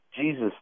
Jesus